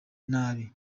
nabi